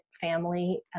family